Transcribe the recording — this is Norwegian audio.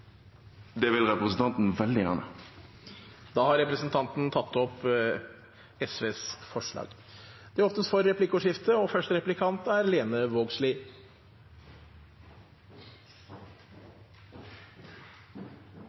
Da har representanten Audun Lysbakken tatt opp SVs forslag. Det blir replikkordskifte.